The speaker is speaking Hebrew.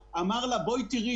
מאגר מידע שלא ינוצל לרעה,